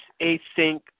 async